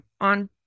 on